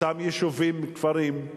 אותם יישובים, כפרים,